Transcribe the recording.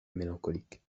mélancolique